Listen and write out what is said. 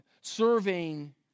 serving